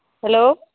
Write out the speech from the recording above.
hello